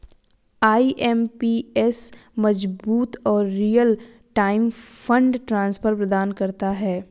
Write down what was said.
IMPS मजबूत और real time fund transfer प्रदान करता है